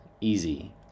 Easy